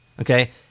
Okay